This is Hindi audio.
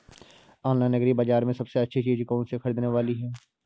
ऑनलाइन एग्री बाजार में सबसे अच्छी चीज कौन सी ख़रीदने वाली है?